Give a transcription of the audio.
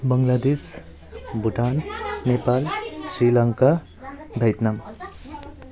Bangladesh Bhutan Nepal Sri Lanka Vietnam